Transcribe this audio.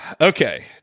Okay